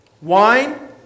Wine